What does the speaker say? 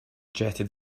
jetted